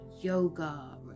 yoga